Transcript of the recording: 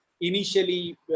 initially